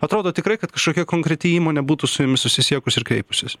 atrodo tikrai kad kažkokia konkreti įmonė būtų su jumis susisiekusi ir kreipusis